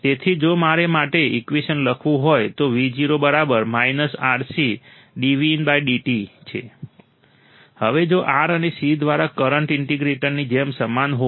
તેથી જો મારે માટે ઈકવેશન લખવું હોય તો v0 RC d vindt હવે જો R અને C દ્વારા કરંટ ઇન્ટિગ્રેટરની જેમ સમાન હોવાથી